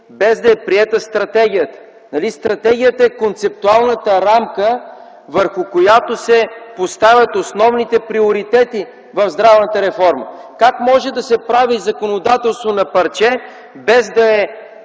без да е приета стратегията? Нали стратегията е концептуалната рамка, върху която се поставят основните приоритети в здравната реформа. Как може да се прави законодателство на парче, без да е